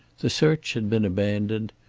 the search had been abandoned.